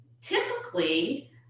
typically